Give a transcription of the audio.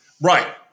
right